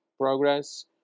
progress